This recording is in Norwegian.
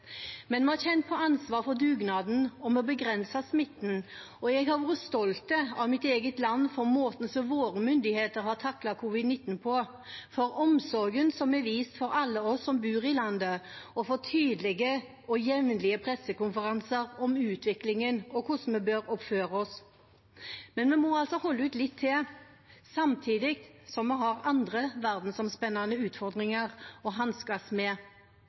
Men vi har kjent på ansvaret for dugnaden om å begrense smitten, og jeg har vært stolt av mitt eget land for måten våre myndigheter har taklet covid-19 på, for omsorgen som er vist for alle oss som bor i landet, og for tydelige og jevnlige pressekonferanser om utviklingen og om hvordan vi bør oppføre oss. Men vi må altså holde ut litt til, samtidig som vi har andre verdensomspennende utfordringer å hanskes med.